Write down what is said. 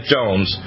Jones